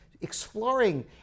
exploring